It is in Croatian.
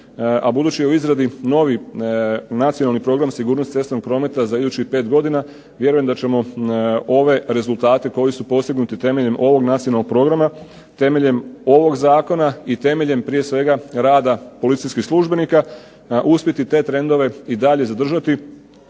budući je u izradi novi nacionalni program sigurnost cestovnog prometa za idućih 5 godina, vjerujem da ćemo ove rezultate koji su postignuti temeljem ovog nacionalnog programa, temeljem ovog zakona i temeljem prije svega rada policijskih službenika uspjeti te trendove i dalje zadržati